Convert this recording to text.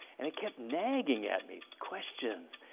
and it kept nagging at me, questions,